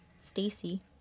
Stacy